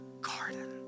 garden